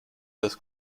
this